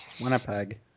Winnipeg